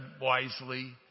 wisely